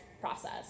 process